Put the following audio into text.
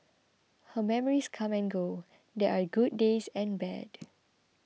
her memories come and go and there are good days and bad